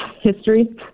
History